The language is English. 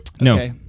No